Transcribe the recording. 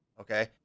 Okay